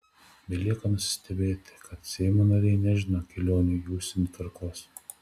belieka nusistebėti kad seimo nariai nežino kelionių į užsienį tvarkos